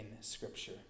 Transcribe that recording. Scripture